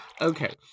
Okay